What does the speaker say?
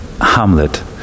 Hamlet